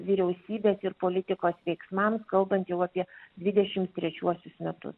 vyriausybės ir politikos veiksmams kalbant jau apie dvidešim trečiuosius metus